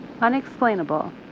Unexplainable